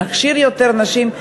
נכשיר יותר נשים,